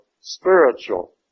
spiritual